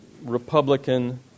Republican